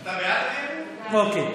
אתה בעד האי-אמון?